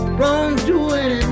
Wrongdoing